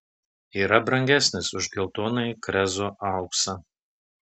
yra brangesnis už geltonąjį krezo auksą